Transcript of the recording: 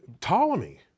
Ptolemy